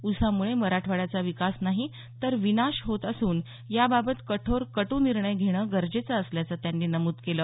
ऊसामुळे मराठवाड्याचा विकास नाही तर विनाश होत असून याबाबत कठोर कटू निर्णय घेणं गरजेचं असल्याचं त्यांनी नमूद केलं